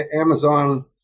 Amazon